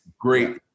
great